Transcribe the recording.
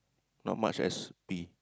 not much as we